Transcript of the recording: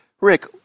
Rick